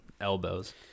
elbows